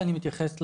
כראשי רשויות,